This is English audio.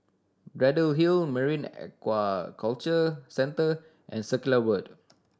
Braddell Hill Marine Aquaculture Centre and Circular Road